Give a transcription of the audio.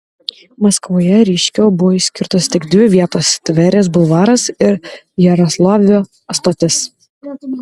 maskvoje ryškiau buvo išskirtos tik dvi vietos tverės bulvaras ir jaroslavlio stotis